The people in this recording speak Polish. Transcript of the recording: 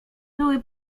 były